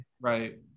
Right